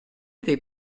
dei